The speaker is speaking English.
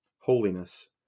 Holiness